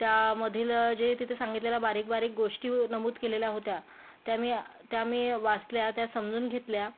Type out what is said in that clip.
त्यामधील जे तिथं सांगितलेल्या बारीक बारीक गोष्टी हो नमूद केलेल्या होत्या त्या मी त्या मी वाचल्या त्या समजून घेतल्या